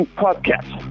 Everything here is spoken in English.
podcast